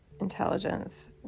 Intelligence